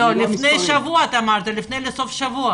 אמרת שקיבלת לפני שבוע.